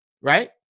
Right